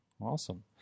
Awesome